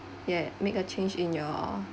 yeah make a change in your